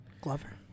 Glover